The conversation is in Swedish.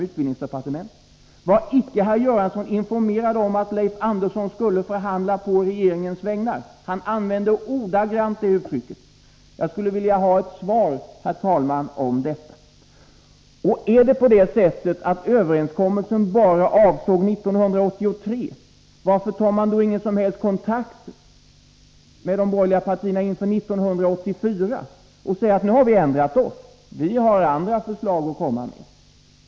Var icke herr Göransson informerad om att Leif Andersson skulle förhandla på regeringens vägnar? Leif Andersson använde ordagrant det uttrycket. Jag skulle vilja ha ett svar, herr talman, på detta. Om det är på det sättet att överenskommelsen bara avsåg 1983, borde man ju ta kontakt med de borgerliga partierna inför 1984 och säga: Nu har vi ändrat oss. Vi har andra förslag att komma med.